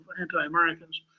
anti-Americans